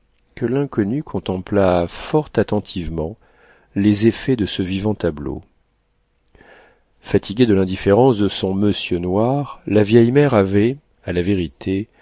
que l'inconnu contempla fort attentivement les effets de ce vivant tableau fatiguée de l'indifférence de son monsieur noir la vieille mère avait à la vérité